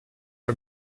for